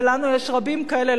ולנו יש רבים כאלה,